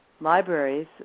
libraries